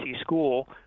school